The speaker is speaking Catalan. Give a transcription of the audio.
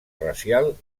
racial